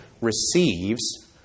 receives